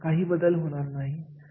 आणि अशी आव्हाने वातावरणातून येत असतात